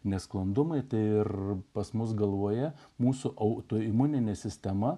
nesklandumai ir pas mus galvoje mūsų autoimuninė sistema